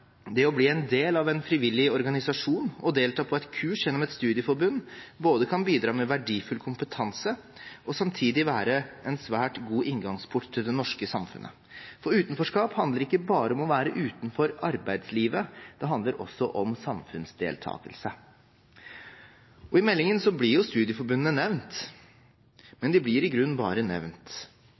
det å bli en del av en frivillig organisasjon og delta på et kurs gjennom et studieforbund både kan bidra med verdifull kompetanse og samtidig være en svært god inngangsport til det norske samfunnet. For utenforskap handler ikke bare om å være utenfor arbeidslivet, det handler også om samfunnsdeltakelse. I meldingen blir studieforbundene nevnt, men de blir i grunnen bare nevnt.